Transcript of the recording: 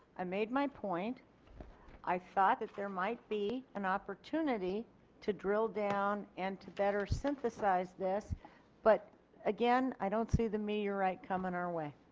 i made my point i thought that there might be an opportunity to drill down and to better synthesize this but again i don't see the meteorite coming our way.